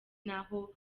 n’aho